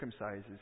circumcises